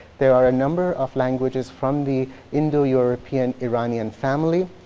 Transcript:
there are a number of languages from the indo-european iranian family.